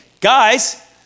guys